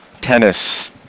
tennis